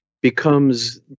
becomes